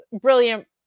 brilliant